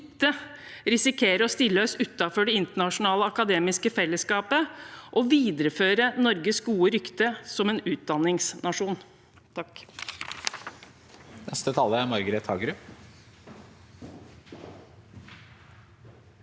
risikerer å stille oss utenfor det internasjonale akademiske fellesskapet, og at vi viderefører Norges gode rykte som utdanningsnasjon.